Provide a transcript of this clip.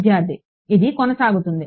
విద్యార్థి ఇది కొనసాగుతుంది